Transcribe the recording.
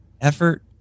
effort